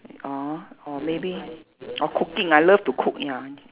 or or maybe or cooking I love to cook ya